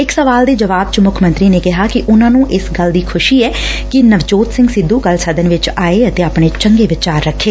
ਇਕ ਸਵਾਲ ਦੇ ਜਵਾਬ ਚ ਮੁੱਖ ਮੰਤਰੀ ਨੇ ਕਿਹਾ ਕਿ ਉਨੁਾ ਨੂੰ ਇਸ ਗੱਲ ਦੀ ਖੁਸ਼ੀ ਐ ਕਿ ਨਵਜੋਤ ਸਿੰਘ ਸਿੱਧੂ ਕੱਲੁ ਸਦਨ ਵਿਚ ਆਏ ਅਤੇ ਆਪਣੇ ਚੰਗੇ ਵਿਚਾਰ ਰੱਖੇ